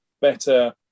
better